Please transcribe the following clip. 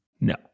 no